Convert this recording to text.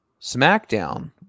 SmackDown